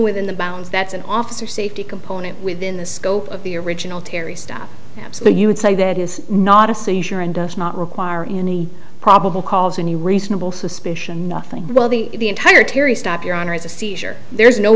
within the bounds that's an officer safety component within the scope of the original terry stop gap so that you would say that is not a seizure and does not require any probable cause any reasonable suspicion nothing while the entire terry stop your honor is a seizure there's no